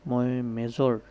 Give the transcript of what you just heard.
মই মেজৰ